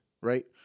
Right